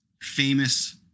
famous